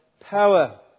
power